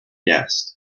guest